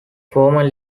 former